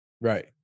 Right